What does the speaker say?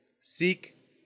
seek